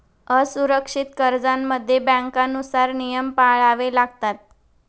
असुरक्षित कर्जांमध्ये बँकांनुसार नियम पाळावे लागतात